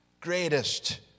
greatest